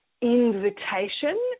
invitation